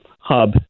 hub